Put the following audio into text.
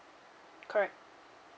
correct